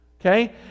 Okay